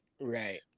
Right